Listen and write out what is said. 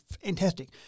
fantastic